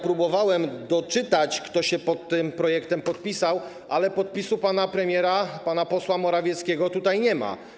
Próbowałem doczytać, kto się pod tym projektem podpisał, ale podpisu pana premiera, pana posła Morawieckiego tutaj nie ma.